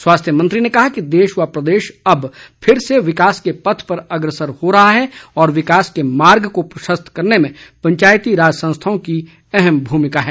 स्वास्थ्य मंत्री ने कहा कि देश व प्रदेश अब फिर से विकास के पथ पर अग्रसर हो रहा है और विकास के मार्ग को प्रशस्त करने में पंचायती राज संस्थाओं की अहम भूमिका है